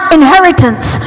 inheritance